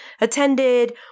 attended